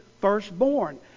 firstborn